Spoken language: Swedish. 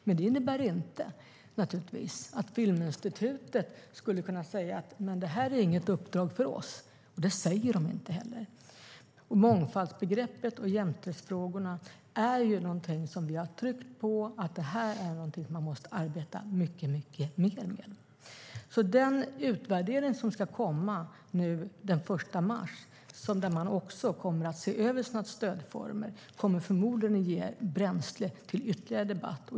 Men det innebär naturligtvis inte att Filminstitutet skulle kunna säga att detta inte är ett uppdrag för dem. Det säger de inte heller. Mångfaldsbegreppet och jämställdhetsfrågorna är någonting som vi har tryckt på att man måste arbeta mycket mer med. Den utvärdering som ska komma nu den 1 mars, där man också ser över sina stödformer, kommer förmodligen att ge bränsle till ytterligare debatt.